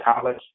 college